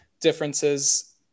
differences